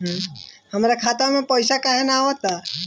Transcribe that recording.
हमरा खाता में पइसा काहे ना आव ता?